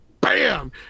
Bam